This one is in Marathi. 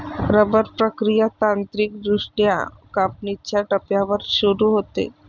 रबर प्रक्रिया तांत्रिकदृष्ट्या कापणीच्या टप्प्यावर सुरू होते